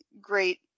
great